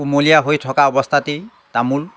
কুমলীয়া হৈ থকা অৱস্থাতেই তামোল